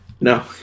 No